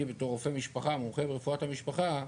אני בתור רופא משפחה, מומחה ברפואת המשפחה,